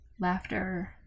laughter